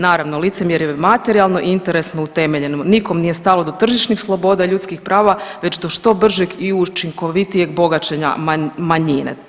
Naravno, licemjerje je materijalno i interesno utemeljeno, nikom nije stalo do tržišnih sloboda i ljudskih prava, već do što bržeg i učinkovitijeg bogaćenja manjine.